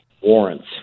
warrants